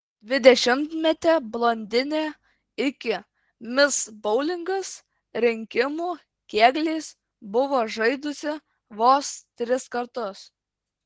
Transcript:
dvidešimtmetė blondinė iki mis boulingas rinkimų kėgliais buvo žaidusi vos tris kartus